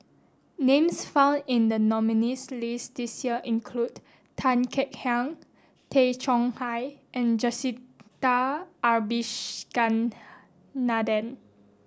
names found in the nominees' list this year include Tan Kek Hiang Tay Chong Hai and Jacintha Abisheganaden